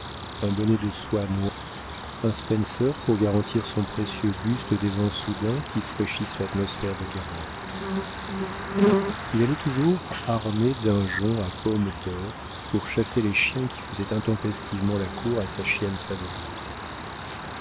un bonnet de soie noire pour préserver sa tête du brouillard un spencer pour garantir son précieux buste des vents soudains qui fraîchissent l'atmosphère de guérande il allait toujours armé d'un jonc à pomme d'or pour chasser les chiens qui faisaient intempestivement la cour à sa chienne favorite